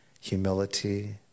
humility